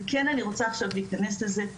וכן אני רוצה עכשיו להיכנס לזה,